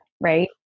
right